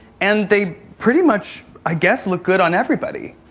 and they pretty much, i guess, look good on everybody.